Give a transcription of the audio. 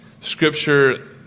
scripture